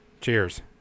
cheers